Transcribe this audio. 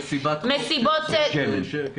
כולל מסיבות שאנחנו רואים ברשת ואין בעיה להגיע למקור שלהן.